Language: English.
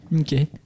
Okay